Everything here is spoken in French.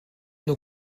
nos